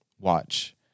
watch